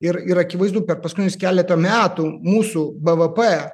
ir ir akivaizdu per paskutinius keletą metų mūsų bvp